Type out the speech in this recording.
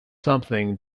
something